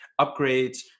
upgrades